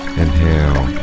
inhale